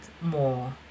more